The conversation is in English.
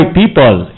people